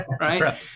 right